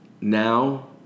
now